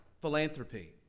philanthropy